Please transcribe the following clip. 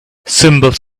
symbols